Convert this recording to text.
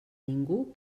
ningú